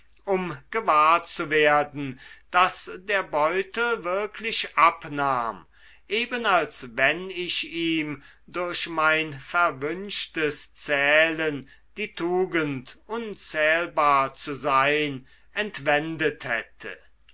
um gewahr zu werden daß der beutel wirklich abnahm eben als wenn ich ihm durch mein verwünschtes zählen die tugend unzählbar zu sein entwendet hätte